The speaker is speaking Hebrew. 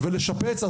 ולשפץ,